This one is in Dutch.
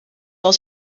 als